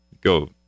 Go